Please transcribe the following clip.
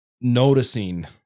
noticing